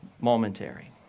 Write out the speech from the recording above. momentary